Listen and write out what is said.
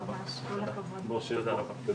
שלום לכולם, קודם כל תודה רבה על